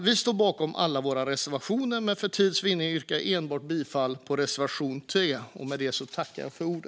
Vi står bakom alla våra reservationer, men för tids vinnande yrkar jag bifall enbart till reservation 3.